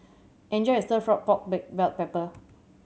enjoy your Stir Fry pork with black pepper